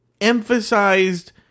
emphasized